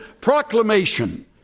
proclamation